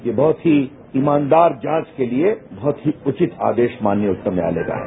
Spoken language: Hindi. ये बहुत ही ईमानदार जांच के लिए बहुत ही उचित आदेश मान्य न्यायालय का है